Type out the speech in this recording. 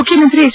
ಮುಖ್ಯಮಂತ್ರಿ ಎಚ್